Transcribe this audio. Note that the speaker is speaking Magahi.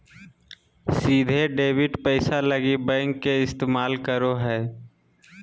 सीधे डेबिट पैसा लगी बैंक के इस्तमाल करो हइ